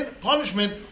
punishment